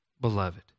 beloved